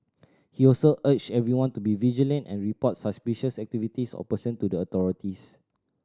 he also urged everyone to be vigilant and report suspicious activities or person to the authorities